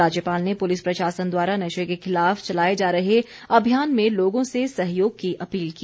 राज्यपाल ने पुलिस प्रशासन द्वारा नशे के खिलाफ चलाए जा रहे अभियान में लोगों से सहयोग की अपील की